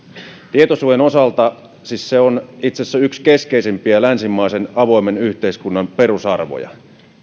tietosuojan osalta siis se on itse asiassa yksi keskeisimpiä länsimaisen avoimen yhteiskunnan perusarvoja